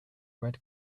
red